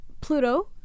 Pluto